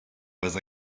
was